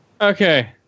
Okay